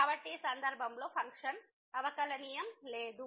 కాబట్టి ఈ సందర్భంలో ఫంక్షన్ అవకలనియమం లేదు